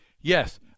Yes